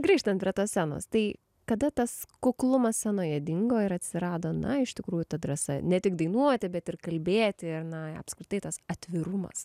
grįžtant prie tos scenos tai kada tas kuklumas scenoje dingo ir atsirado na iš tikrųjų ta drąsa ne tik dainuoti bet ir kalbėti ir na apskritai tas atvirumas